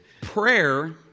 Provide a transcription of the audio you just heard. Prayer